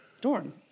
dorm